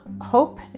hope